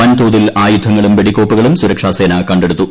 വൻതോതിൽ ആയുധങ്ങളും വെടിക്കോപ്പുകളും സുരക്ഷാസേന കണ്ടെടുത്തു